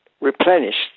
replenished